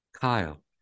Kyle